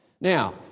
Now